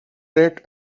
rate